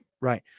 Right